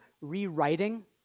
rewriting